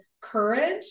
courage